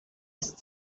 ist